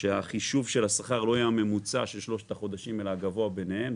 החישוב של השכר לא יהיה הממוצע של שלושת החודשים אלא הגבוה ביניהם.